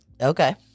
Okay